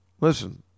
listen